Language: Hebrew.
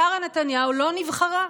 שרה נתניהו לא נבחרה.